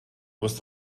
was